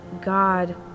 God